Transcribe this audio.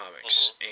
comics